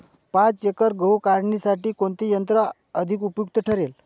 पाच एकर गहू काढणीसाठी कोणते यंत्र अधिक उपयुक्त ठरेल?